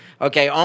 Okay